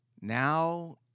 Now